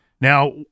Now